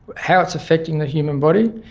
how it's affecting the human body.